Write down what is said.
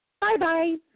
bye-bye